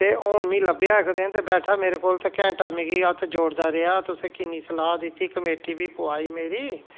ते हून मिं लभेआ इक दिन ते बैठा मेरे कोल ते घैंटा मिगी हत्थ जोड़दा रेहा तुसें किन्नी सलाह दिती कमेटी बी पुआई मेरी